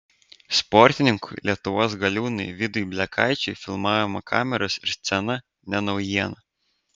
sportininkui lietuvos galiūnui vidui blekaičiui filmavimo kameros ir scena ne naujiena